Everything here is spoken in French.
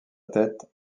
tête